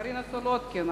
מרינה סולודקין,